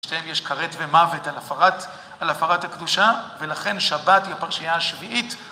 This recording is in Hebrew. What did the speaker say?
יש כרת ומוות על הפרת הקדושה, ולכן שבת היא הפרשייה השביעית.